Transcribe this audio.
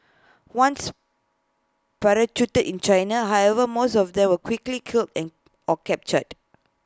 once parachuted in China however most of them were quickly killed and or captured